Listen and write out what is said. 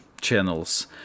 channels